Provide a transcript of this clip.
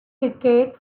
cricket